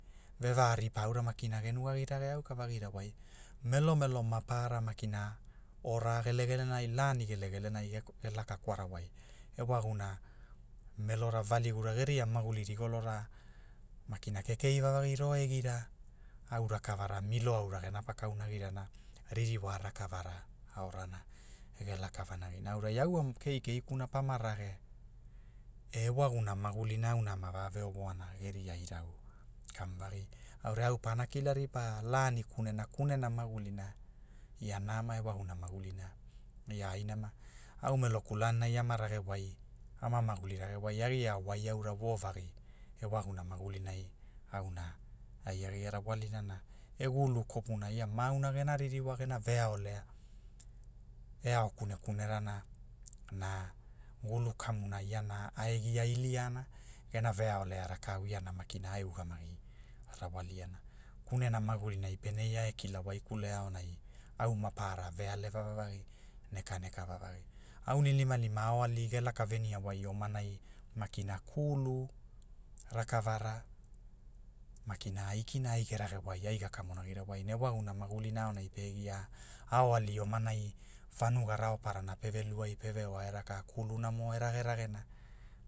Ve varipa aura makina ge nugagirage auka vagira wai, melomelo maparara makina, ora gelegelenai lani gelegelenai ge- ge laka kwara wai, e wagumuna, melora valigura geria maguli rigolora, makina kekei vavagi ro egira, au rakavara milo aura ge napa kaunagirana, ririwa rakavara, aorana ge laka vanagina aurai au- au keikei kuna pama rage, e ewagumuna magulina auna ma ama vave ovoana geria irau, kamvagi, aurai au pana kila ripa lani kunena kunena magulina, ia nama e wagumuna magulina, ia ai nama, au meloku lanina ama rage wai, ama magul rage wai agia wai aura wovagi, e wagumuna magulinai, auna ai a gia rawalirana, e gulu kopuna ia maauna gena ririwa gena veaolea, e ao kunekune rana, na, gulu kamuna iana ai e gia iliana, gena veaolea rakau iana maki ai e ugamagi, rawaliana, kunena magulinai pene ia e kila waikule aonai, au maparara vealeva vagi, neka neka vavagi, anilima aoali ge laka venia wai omanai makina kulu, rakavara, makina aikina ai ge rage wai ai gakamonagira wai na ewagumuna magulinai aonai pe gia, aoali omanai vanuga raoparana peve luai peve wo raka kulunamo e rage ragena